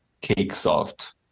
cake-soft